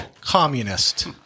communist